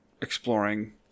exploring